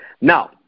Now